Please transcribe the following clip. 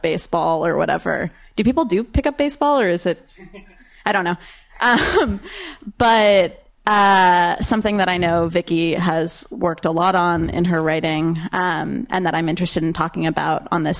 baseball or whatever do people do pickup baseball or is that i don't know but something that i know vicki has worked a lot on in her writing and that i'm interested in talking about on this